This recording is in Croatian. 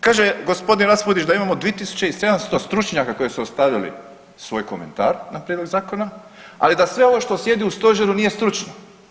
Kaže g. Raspudić da imamo 2.700 stručnjaka koji su ostavili svoj komentar na prijedlog zakona, ali da sve ovo što sjedi u stožeru nije stručno.